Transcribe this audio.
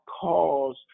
cause